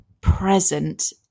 present